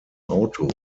auto